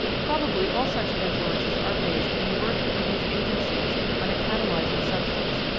prob ably all such influences are based in the working of these agencies on a catalysing substance.